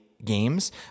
Games